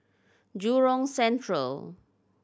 Jurong Central